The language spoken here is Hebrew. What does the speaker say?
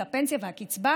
הפנסיה והקצבה,